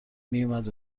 میومد